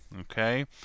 Okay